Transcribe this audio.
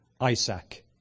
Isaac